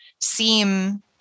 seem